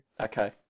Okay